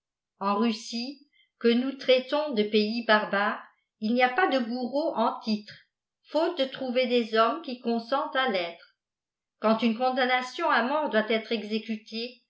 en russie que nous traitons de pays barbare il n'y a pas de bourreaux en titne faute de trouver des hommes qui consentent à tètre quant une condamnation à mort doit être exécutée